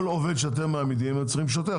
כל עובד שאתם מעמידים הם צריכים שוטר.